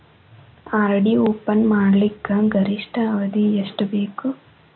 RD open ಮಾಡಲಿಕ್ಕ ಗರಿಷ್ಠ ಅವಧಿ ಎಷ್ಟ ಬೇಕು?